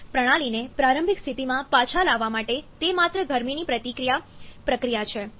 પ્રણાલીને પ્રારંભિક સ્થિતિમાં પાછા લાવવા માટે તે માત્ર ગરમીની પ્રતિક્રિયા પ્રક્રિયા છે